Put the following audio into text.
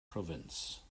province